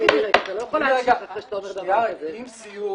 אם סיור